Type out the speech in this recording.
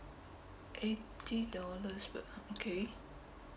eighty dollars p~ okay